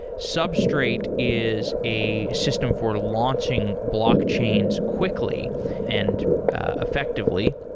substraight is a system for launching blockchains quickly and effectively.